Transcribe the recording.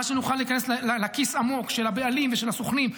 מה שנוכל להיכנס לכיס העמוק של הבעלים ושל הסוכנים,